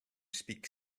speak